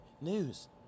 news